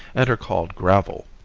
and are called gravel.